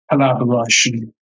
collaboration